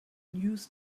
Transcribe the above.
news